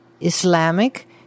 Islamic